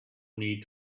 need